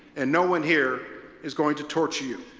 and no one here is going to torture you.